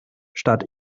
statt